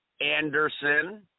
Anderson